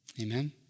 Amen